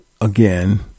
again